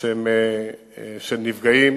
של נפגעים